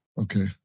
Okay